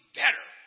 better